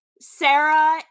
Sarah